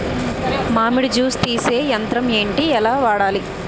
మామిడి జూస్ తీసే యంత్రం ఏంటి? ఎలా వాడాలి?